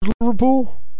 Liverpool